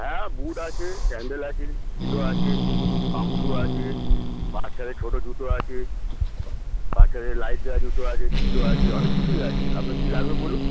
হ্যাঁ বুট আছে স্যান্ডেল আছে কিটো আছে পামশ্যু আছে বাচ্চারা ছোটো জুতো আছে বাচ্চারাদের লাইট দেওয়া জুতো আছে কিটো আছে অনেক কিছুই আছে আপনার কি লাগবে বলুন